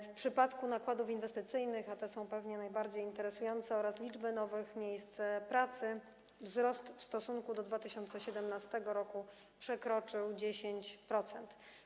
W przypadku nakładów inwestycyjnych, a te są pewnie najbardziej interesujące, oraz liczby nowych miejsc pracy wzrost w stosunku do 2017 r. przekroczył 10%.